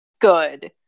good